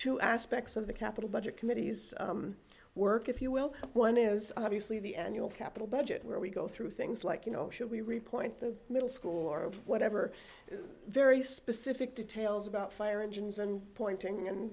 two aspects of the capital budget committees work if you will one is obviously the end your capital budget where we go through things like you know should we report the middle school or whatever very specific details about fire engines and pointing and